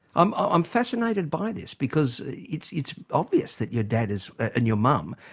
i'm um fascinated by this because it's it's obvious that your dad is and your mum,